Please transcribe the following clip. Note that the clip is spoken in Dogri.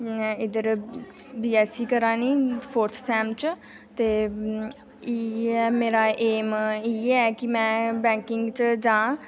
इद्धर बी एस सी करा नी फोर्थ सेम च ते इ'यै मेरा ऐम इ'यै कि में बैंकिग च जां